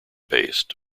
based